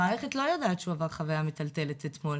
המערכת לא יודעת שהוא עבר חוויה מטלטלת אתמול.